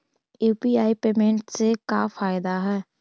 UPI payment से का फायदा है?